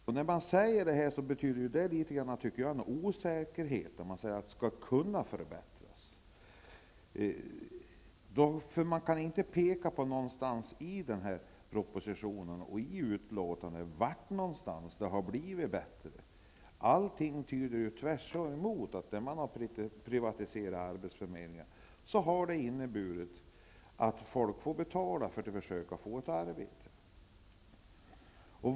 Att säga ''skulle kunna förbättras'' betyder en liten osäkerhet, tycker jag. Man kan inte i denna proposition och i utlåtandet peka på var någonstans som det har blivit bättre -- allting tyder på motsatsen. I de fall där arbetsförmedlingar har privatiserats, har det inneburit att folk får betala för att försöka få ett arbete.